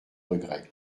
regret